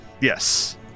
Yes